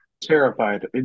Terrified